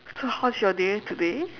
so how's your day today